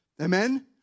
Amen